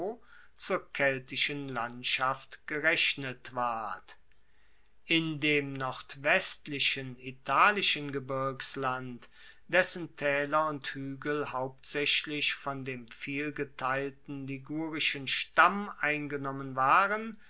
zur keltischen landschaft gerechnet ward in dem nordwestlichen italischen gebirgsland dessen taeler und huegel hauptsaechlich von dem vielgeteilten ligurischen stamm eingenommen waren